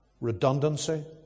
redundancy